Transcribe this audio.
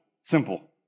simple